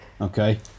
Okay